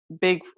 big